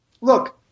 Look